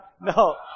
No